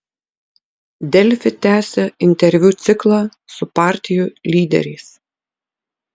delfi tęsia interviu ciklą su partijų lyderiais